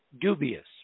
dubious